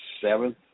seventh